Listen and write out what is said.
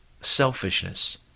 Selfishness